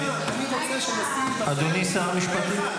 --- אדוני שר המשפטים.